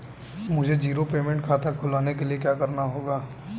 मुझे zero payment खाता खुलवाने के लिए क्या करना होगा?